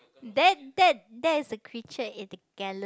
that that that is the creature in the Galax